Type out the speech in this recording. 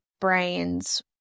brains